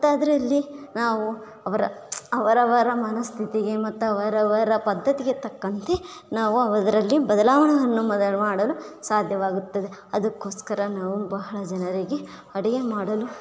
ಮತ್ತೆ ಅದರಲ್ಲಿ ನಾವು ಅವರ ಅವರವರ ಮನಸ್ಥಿತಿಗೆ ಮತ್ತು ಅವರವರ ಪದ್ಧತಿಗೆ ತಕ್ಕಂತೆ ನಾವು ಅವದ್ರಲ್ಲಿ ಬದಲಾವಣೆಯನ್ನು ಮೊದಲು ಮಾಡಲು ಸಾಧ್ಯವಾಗುತ್ತದೆ ಅದಕ್ಕೋಸ್ಕರ ನಾವು ಬಹಳ ಜನರಿಗೆ ಅಡುಗೆ ಮಾಡಲು